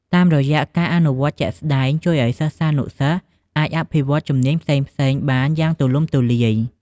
តាមរយៈការអនុវត្តជាក់ស្តែង ជួយអោយសិស្សានុសិស្សអាចអភិវឌ្ឍជំនាញផ្សេងៗបានយ៉ាងទូលំទូលាយ។